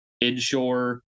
inshore